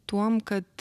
tuom kad